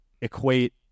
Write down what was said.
equate